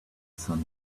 sun